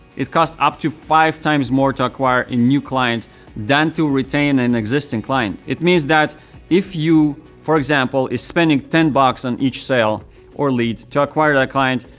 it cost up to five times more to acquire a new client than to retain an existing client. it means that if you, for example, is spending ten bucks on each sale or lead to acquire that client,